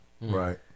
Right